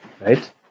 Right